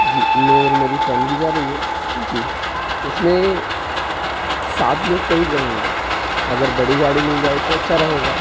जी मैं और मेरी फैमिली जा रही है जी उसमें सात लोग करीब रहेंगे अगर बड़ी गाड़ी मिल जाए तो अच्छा रहेगा